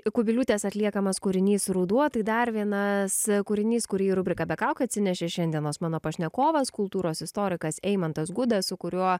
kubiliūtės atliekamas kūrinys ruduo tai dar vienas kūrinys kurį į rubriką be kaukių atsinešė šiandienos mano pašnekovas kultūros istorikas eimantas gudas su kuriuo